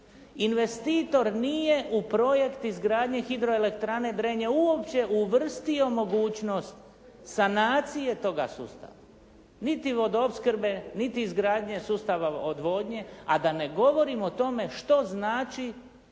Investitor nije u projekt izgradnje hidroelektrane Drenje uopće uvrstio mogućnost sanacije toga sustava niti vodoopskrbe niti izgradnje sustava odvodnje a da ne govorim o tome što znači